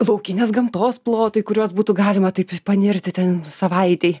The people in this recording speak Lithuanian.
laukinės gamtos plotai kuriuos būtų galima taip panirti ten savaitei